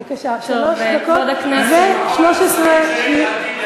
בבקשה, שלוש דקות ו-13 שניות.